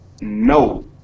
no